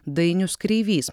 dainius kreivys